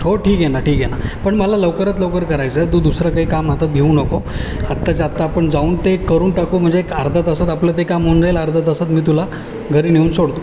हो ठीक आहे ना ठीक आहे ना पण मला लवकरात लवकर करायचं आहे तू दुसरं काही काम हातात घेऊ नको आत्ताच आत्ता आपण जाऊन ते करून टाकू म्हणजे एक अर्धा तासात आपलं ते काम होऊन जाईल अर्धा तासात मी तुला घरी नेऊन सोडतो